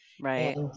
Right